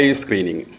screening